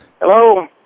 Hello